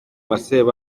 marseille